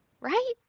right